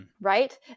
Right